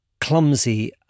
clumsy